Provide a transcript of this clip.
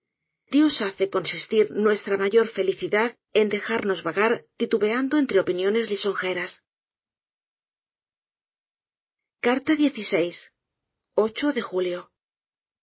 dios hace consistir nuestra mayor felicidad en dejarnos vagar titubeando entre opiniones lisonjeras de julio